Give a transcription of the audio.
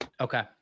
Okay